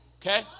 Okay